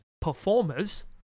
performers